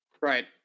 Right